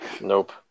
Nope